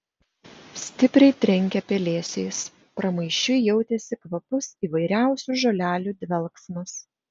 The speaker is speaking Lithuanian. stipriai trenkė pelėsiais pramaišiui jautėsi kvapus įvairiausių žolelių dvelksmas